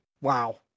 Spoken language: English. wow